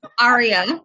Aria